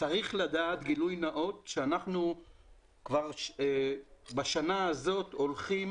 צריך לדעת גילוי נאות שבשנה הזאת אנחנו הולכים